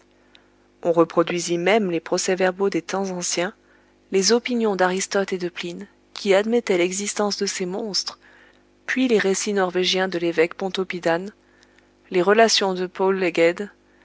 on reproduisit même les procès-verbaux des temps anciens les opinions d'aristote et de pline qui admettaient l'existence de ces monstres puis les récits norvégiens de l'évêque pontoppidan les relations de paul